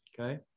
Okay